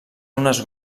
unes